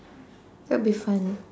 that'll be fun ah